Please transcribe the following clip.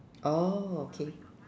oh okay